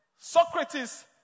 Socrates